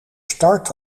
start